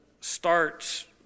starts